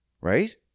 right